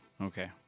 Okay